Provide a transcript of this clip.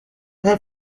her